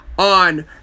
on